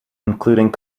including